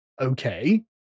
okay